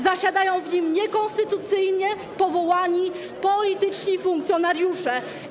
Zasiadają w nim niekonstytucyjnie powołani polityczni funkcjonariusze.